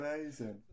Amazing